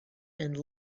and